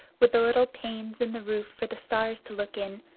with the little panes in the roof for the stars to look in,